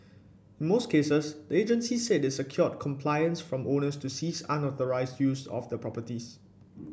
in most cases the agency said it secured compliance from owners to cease unauthorised use of the properties